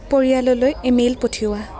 পৰিয়াললৈ ইমেইল পঠিওৱা